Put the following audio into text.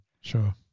Sure